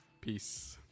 Peace